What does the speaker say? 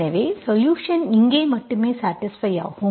எனவே சொலுஷன் இங்கே மட்டுமே சாடிஸ்ப்பை ஆகும்